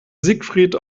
siegfried